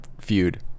feud